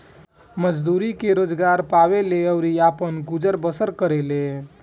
मजदूरी के रोजगार पावेले अउरी आपन गुजर बसर करेले